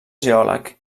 geòleg